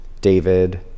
David